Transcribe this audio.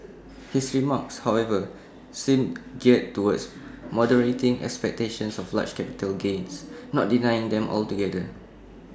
his remarks however seem geared towards moderating expectations of large capital gains not denying them altogether